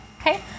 Okay